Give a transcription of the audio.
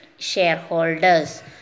Shareholders